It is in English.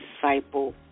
disciple